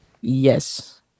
yes